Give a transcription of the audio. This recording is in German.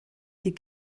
die